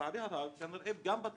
לצערי הרב גם בתהליך